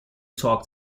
talk